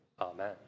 Amen